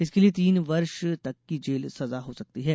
इसके लिए तीन वर्ष तक की जेल सजा हो सकती है